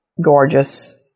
gorgeous